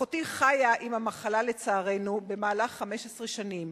אחותי חיה עם המחלה, לצערנו, במהלך 15 שנים,